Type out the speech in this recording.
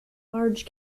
large